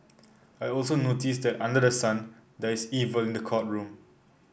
I also noticed that under the sun there is evil in the courtroom